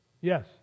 Yes